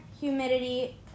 humidity